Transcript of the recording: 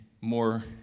more